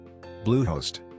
Bluehost